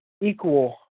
equal